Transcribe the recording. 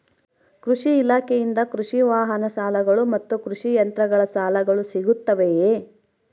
ಕೃಷಿ ಇಲಾಖೆಯಿಂದ ಕೃಷಿ ವಾಹನ ಸಾಲಗಳು ಮತ್ತು ಕೃಷಿ ಯಂತ್ರಗಳ ಸಾಲಗಳು ಸಿಗುತ್ತವೆಯೆ?